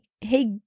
hey